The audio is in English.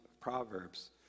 proverbs